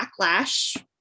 backlash